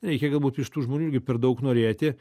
reikia galbūt iš tų žmonių irgi per daug norėti